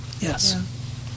Yes